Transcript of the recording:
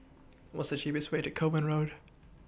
What's The cheapest Way to Kovan Road